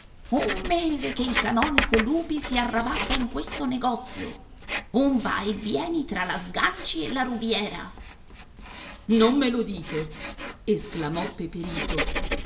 un mese che il canonico lupi si arrabatta in questo negozio un va e vieni fra la sganci e la rubiera non me lo dite esclamò peperito